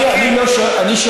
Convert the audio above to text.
אני מכיר.